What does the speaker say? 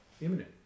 imminent